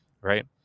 Right